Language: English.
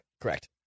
Correct